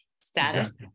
status